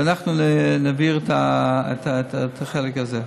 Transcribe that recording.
ואנחנו נעביר את החלק הזה.